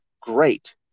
great